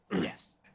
Yes